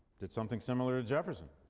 did something similar to jefferson,